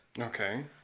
Okay